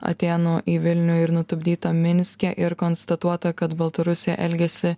atėnų į vilnių ir nutupdytą minske ir konstatuota kad baltarusija elgiasi